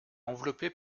enveloppé